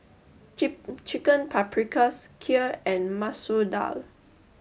Chicken Paprikas Kheer and Masoor Dal